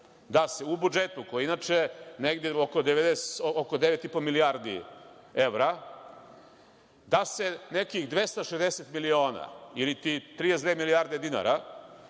da se u budžetu koje inače negde oko 9,5 milijardi evra, da se nekih 260 miliona ili ti 32 milijarde dinara,